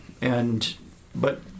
and—but—